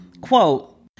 quote